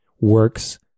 works